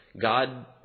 God